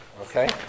Okay